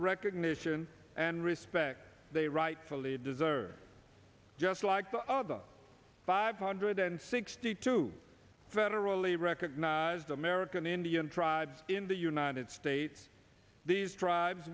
recognition and respect they rightfully deserve just like the other five hundred and sixty two federally recognized american indian tribes in the united states these tribes